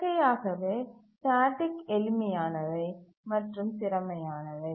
இயற்கையாகவே ஸ்டேட்டிக் எளிமையானவை மற்றும் திறமையானவை